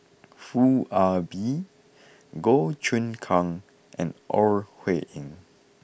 Foo Ah Bee Goh Choon Kang and Ore Huiying